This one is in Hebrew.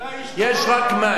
יש רק מים.